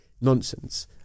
Nonsense